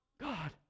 God